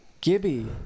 Gibby